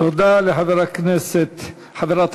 תודה לחברת הכנסת